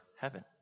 heaven